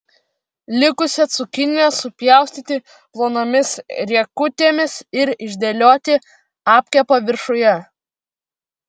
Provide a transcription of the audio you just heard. likusią cukiniją supjaustyti plonomis riekutėmis ir išdėlioti apkepo viršuje